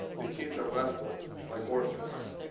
the kids are left like orphans.